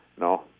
No